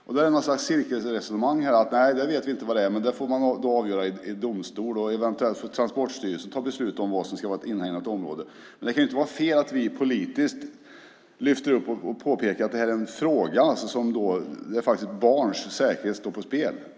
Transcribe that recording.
Det förs något slags cirkelresonemang här: Nej, vi vet inte vad det är, men det får man avgöra i domstol. Eventuellt får Transportstyrelsen ta beslut om vad som ska vara ett inhägnat område. Men det kan inte vara fel om vi politiskt lyfter fram detta och påpekar att detta är en fråga där barns säkerhet står på spel.